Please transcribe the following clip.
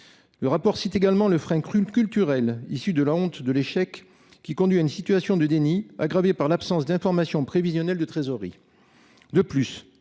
Le rapport cite également le frein culturel issu de la honte de l'échec qui conduit à une situation de déni aggravée par l'absence d'informations prévisionnelles de trésorerie.